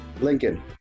lincoln